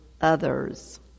others